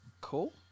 Cool